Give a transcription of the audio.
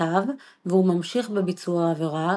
בכתב והוא ממשיך בביצוע העבירה,